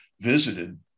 visited